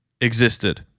existed